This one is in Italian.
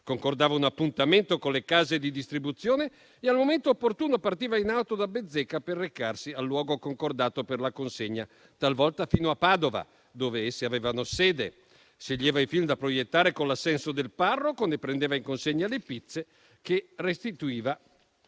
Concordava un appuntamento con le case di distribuzione e, al momento opportuno, partiva in auto da Bezzecca per recarsi al luogo concordato per la consegna, talvolta fino a Padova, dove esse avevano sede. Sceglieva i film da proiettare con l'assenso del parroco e ne prendeva in consegna le pizze, che restituiva